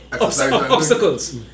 obstacles